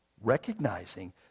Recognizing